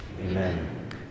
Amen